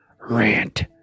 Rant